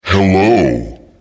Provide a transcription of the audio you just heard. Hello